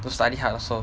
to study hard also